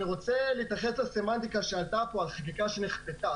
אני רוצה להתייחס לאמירה שהייתה כאן ש-"החקיקה נכפתה".